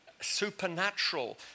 supernatural